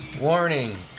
Warning